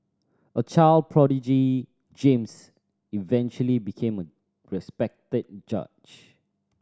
a child prodigy James eventually became a respected judge